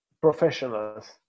professionals